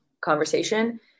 conversation